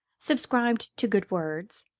subscribed to good words,